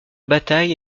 bataille